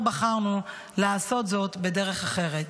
אנחנו בחרנו לעשות זאת בדרך אחרת.